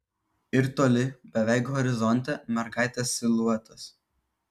ir toli beveik horizonte mergaitės siluetas